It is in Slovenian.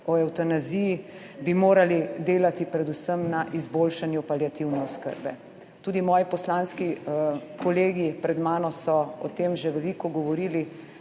o evtanaziji, bi morali delati predvsem na izboljšanju paliativne oskrbe. Tudi moji poslanski kolegi pred mano so o tem že veliko govorili.